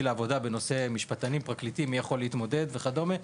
לעבודה בנושא משפטנים ופרקליטים מי יכול להתמודד וכדומה.